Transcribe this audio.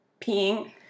peeing